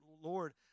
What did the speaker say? Lord